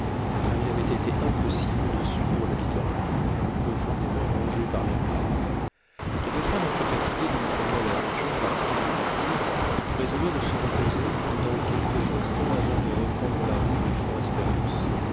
car il avait été impossible de suivre le littoral profondément rongé par la mer les deux femmes un peu fatiguées d'une promenade allongée par tant de détours résolurent de se reposer pendant quelques instants avant de reprendre la route du